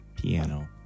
Piano